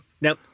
Now